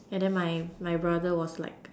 and then my my brother was like